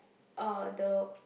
uh the